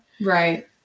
Right